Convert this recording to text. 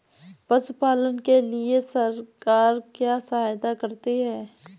पशु पालन के लिए सरकार क्या सहायता करती है?